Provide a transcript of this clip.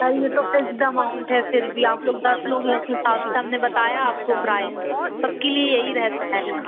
sir ये तो फिर फिक्सड अमाउन्ट है फिर भी आप लोग दस लोग हो उसके हिसाब से हम ने बताया आपको प्राइज़ सब के लिए यही रहता है